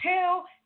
tell